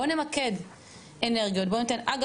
בוא נמקד אנרגיות.״ הנה,